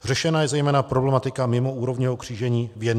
Řešena je zejména problematika mimoúrovňového křížení v Jenči.